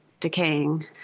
decaying